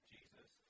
Jesus